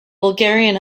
bulgarian